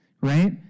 right